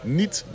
niet